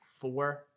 four